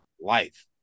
life